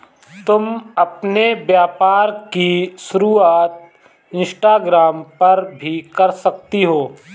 तुम अपने व्यापार की शुरुआत इंस्टाग्राम पर भी कर सकती हो